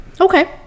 Okay